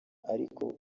ariko